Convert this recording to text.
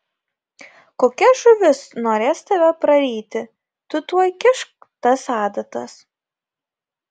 kokia žuvis norės tave praryti tu tuoj kišk tas adatas